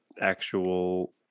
actual